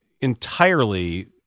entirely